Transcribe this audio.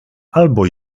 albo